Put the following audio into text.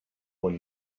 bon